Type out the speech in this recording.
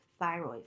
thyroid